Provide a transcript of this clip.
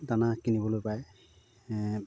দানা কিনিবলৈ পায়